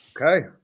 Okay